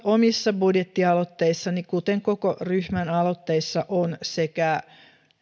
omissa budjettialoitteissani kuten koko ryhmän aloitteissa on sekä